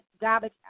garbage